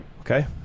Okay